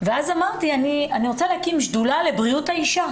ואז אמרתי שאני רוצה להקים שדולה לבריאות האישה.